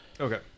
Okay